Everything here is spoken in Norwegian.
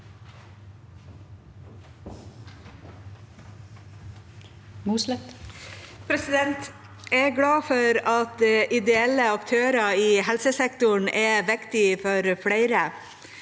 Jeg er glad for at ideel- le aktører i helsesektoren er viktig for flere.